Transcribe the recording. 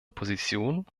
position